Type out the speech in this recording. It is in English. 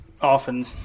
often